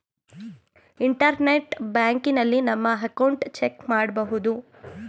internet ಬ್ಯಾಂಕಿನಲ್ಲಿ ನಮ್ಮ account check ಮಾಡಬಹುದು